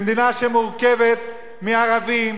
במדינה שמורכבת מערבים,